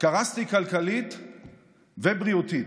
שקרסתי כלכלית ובריאותית.